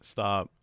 Stop